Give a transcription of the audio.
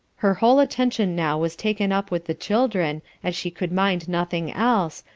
her whole attention now was taken up with the children as she could mind nothing else,